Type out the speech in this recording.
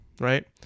right